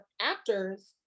actors